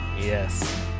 yes